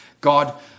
God